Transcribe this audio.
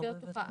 במסגרת פתוחה.